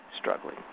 struggling